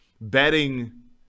betting